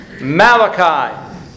Malachi